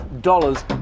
dollars